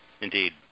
Indeed